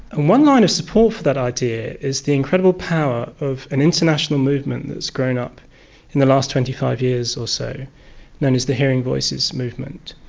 one line of support for that idea is the incredible power of an international movement that has grown up in the last twenty five years or so known as the hearing voices movement.